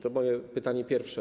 To moje pytanie pierwsze.